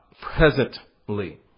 presently